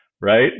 right